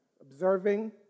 observing